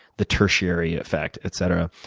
the tertiary effect, etc.